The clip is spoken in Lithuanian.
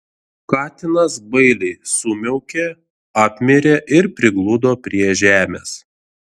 katinas bailiai sumiaukė apmirė ir prigludo prie žemės